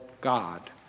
God